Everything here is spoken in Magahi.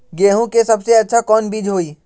गेंहू के सबसे अच्छा कौन बीज होई?